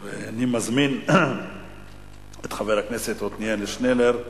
אני מזמין את חבר הכנסת עתניאל שנלר,